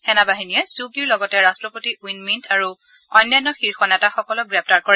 সেনাবাহিনীয়ে ছু ক্যিৰ লগতে ৰাষ্টপতি উইন মিল্ট আৰু অন্যান্য শীৰ্ষ নেতাসকলক গ্ৰেপ্তাৰ কৰে